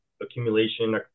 accumulation